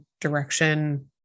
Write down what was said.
direction